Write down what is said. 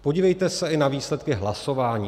A podívejte se i na výsledky hlasování.